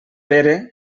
pere